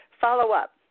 follow-up